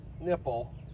nipple